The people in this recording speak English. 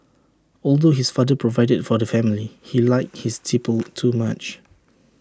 although his father provided for the family he liked his tipple too much